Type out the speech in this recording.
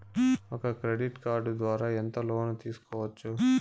ఒక credit card ద్వారా ఎంత లోను తీసుకోవచ్చు?